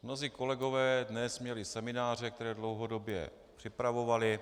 Mnozí kolegové dnes měli semináře, které dlouhodobě připravovali.